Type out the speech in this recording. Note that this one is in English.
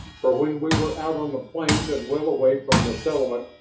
for when we were out on the plains and well away from the settlement,